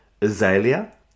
azalea